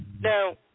Now